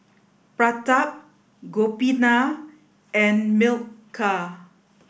Pratap Gopinath and Milkha